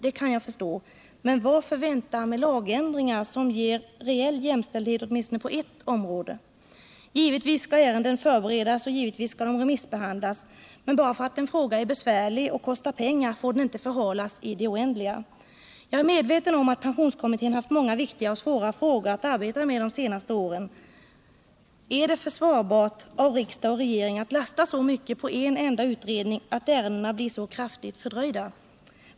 Det kan jag förstå. Men varför vänta med lagändringar som ger reell jämställdhet åtminstone på ett område? Givetvis skall ärenden förberedas och givetvis skall de remissbehandlas, men bara för att en fråga är besvärlig och kostar pengar får den inte förhalas i det oändliga. Jag är medveten om att pensionskommittén haft många viktiga och svåra frågor att arbeta med de senaste åren. Är det försvarbart av riksdag och regering att lasta så mycket på en enda utredning att ärendena blir så kraftigt fördröjda?